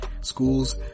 schools